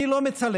אני לא מצלם,